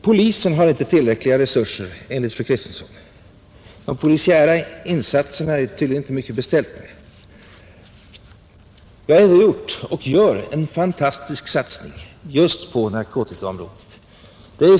Polisen har inte tillräckliga resurser, enligt fru Kristensson.